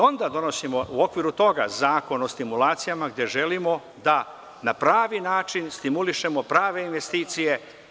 Onda, u okviru toga donosimo zakon o stimulacijama, gde želimo da na pravi način stimulišemo prave investicije.